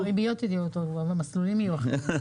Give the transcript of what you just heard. ריביות ומסלולים יהיו אחרים.